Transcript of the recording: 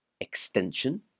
Extension